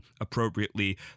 appropriately